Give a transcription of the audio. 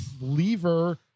lever